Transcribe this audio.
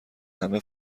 همه